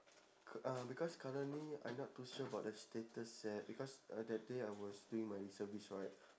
c~ uh because currently I not too sure about the status yet because uh that day I was doing my reservist right